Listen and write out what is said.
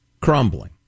crumbling